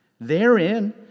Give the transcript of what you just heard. Therein